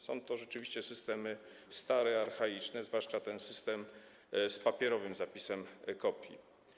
Są to rzeczywiście systemy stare, archaiczne, zwłaszcza ten system z papierowym zapisem kopii.